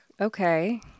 Okay